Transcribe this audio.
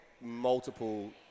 multiple